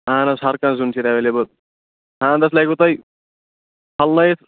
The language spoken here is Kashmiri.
اَہَن حظ ہر کانٛہہ زیُن چھُ ییٚتہِٕ ایویلیبٕل خانٛدرس لگوٕ تۅہہِ پھلنٲیِتھ